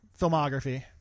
filmography